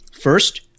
First